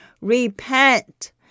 Repent